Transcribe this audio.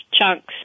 chunks